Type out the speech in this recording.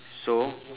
so